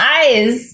eyes